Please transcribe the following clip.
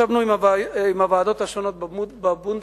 ישבנו עם הוועדות השונות בבונדסטאג: